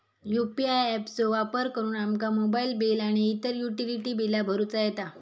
UPI app चो वापर करुन आमका मोबाईल बिल आणि इतर युटिलिटी बिला भरुचा येता